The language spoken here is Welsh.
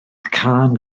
cân